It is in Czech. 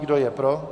Kdo je pro?